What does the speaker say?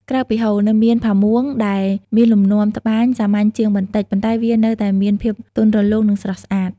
ក្រៅពីហូល នៅមាន ផាមួង ដែលមានលំនាំត្បាញសាមញ្ញជាងបន្តិច ប៉ុន្តែវានៅតែមានភាពទន់រលោង និងស្រស់ស្អាត។